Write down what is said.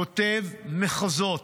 כותב מחזות,